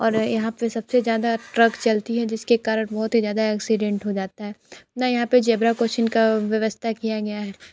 और यहाँ पर सब से ज़्यादा ट्रक चलती है जिस के कारण बहुत ही ज़्यादा एक्सीडेंट हो जाता है ना यहाँ पर जेब्रा क्रॉसिंग की व्यवस्था किया गया है